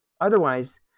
Otherwise